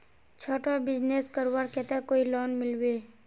छोटो बिजनेस करवार केते कोई लोन मिलबे?